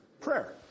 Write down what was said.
prayer